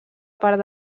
part